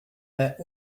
there